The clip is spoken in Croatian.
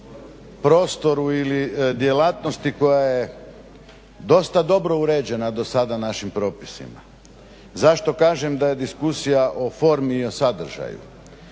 prostoru ili djelatnosti koja je dosta dobro uređena do sada našim propisima. Zašto kažem da je diskusija o formi i sadržaju?